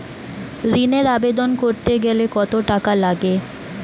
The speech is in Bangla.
ঋণের আবেদন করতে গেলে কত টাকা লাগে?